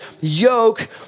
yoke